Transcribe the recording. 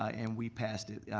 and we passed it.